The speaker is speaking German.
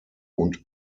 und